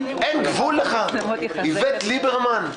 אין לך גבול איווט ליברמן?